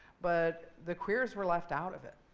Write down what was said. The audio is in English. but the queers were left out of it.